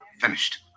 Finished